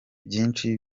byinshi